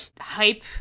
Hype